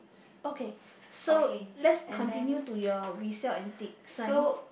okay so let's continue to your we sell antiques sign